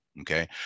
okay